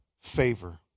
favor